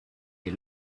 est